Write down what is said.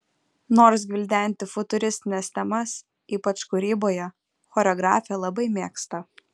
nors gvildenti futuristines temas ypač kūryboje choreografė labai mėgsta